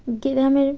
গ্রামের আমের